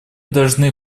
должны